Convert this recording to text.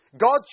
God